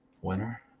Winner